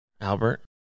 Albert